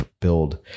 build